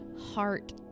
heart